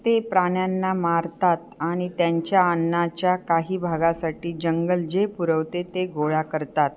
ते प्राण्यांना मारतात आणि त्यांच्या अन्नाच्या काही भागासाठी जंगल जे पुरवते ते गोळा करतात